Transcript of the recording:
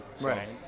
Right